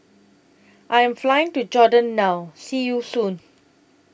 I Am Flying to Jordan now See YOU Soon